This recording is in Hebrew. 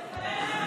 היא,